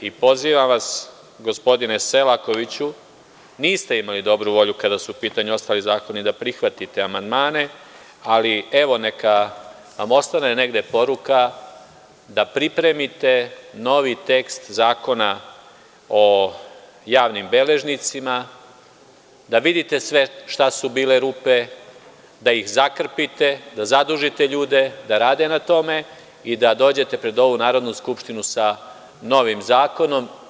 Pozivam vas, gospodine Selakoviću, niste imali dobru volju kada su u pitanju i ostali zakoni da prihvatite amandmane, ali neka vam ostane negde poruka da pripremite novi tekst Zakona o javnim beležnicima, da vidite šta su bile rupe, da ih zakrpite, da zadužite ljude da rade na tome i da dođete pred ovu Narodnu skupštinu sa novim zakonom.